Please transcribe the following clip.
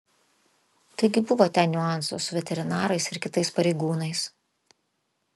taigi buvo ten niuansų su veterinarais ir kitais pareigūnais